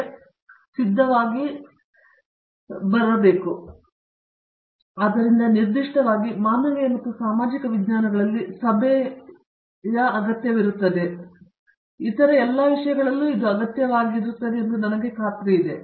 professor Rajesh Kumar ಆದ್ದರಿಂದ ನಿರ್ದಿಷ್ಟವಾಗಿ ಮಾನವೀಯ ಮತ್ತು ಸಾಮಾಜಿಕ ವಿಜ್ಞಾನಗಳಲ್ಲಿ ಸಭೆಯ ವಿಷಯದಲ್ಲಿ ಆ ರೀತಿಯ ಶಿಸ್ತು ಅಗತ್ಯವಿರುತ್ತದೆ ಮತ್ತು ಎಲ್ಲಾ ಇತರ ವಿಷಯಗಳಲ್ಲೂ ಇದು ಅಗತ್ಯವಾಗಿರುತ್ತದೆ ಎಂದು ನನಗೆ ಖಾತ್ರಿಯಿದೆ